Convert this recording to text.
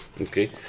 Okay